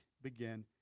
begin